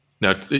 Now